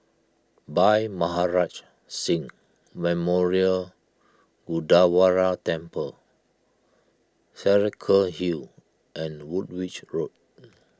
Bhai Maharaj Singh Memorial Gurdwara Temple Saraca Hill and Woolwich Road